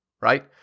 Right